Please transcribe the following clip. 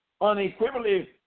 Unequivocally